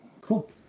Cool